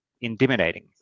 intimidating